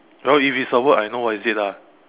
well if it's for work I know what is it lah